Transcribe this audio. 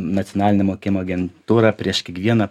nacionalinė mokėjimo agentūra prieš kiekvieną